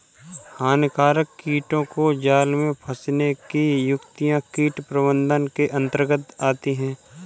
हानिकारक कीटों को जाल में फंसने की युक्तियां कीट प्रबंधन के अंतर्गत आती है